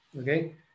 okay